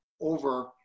over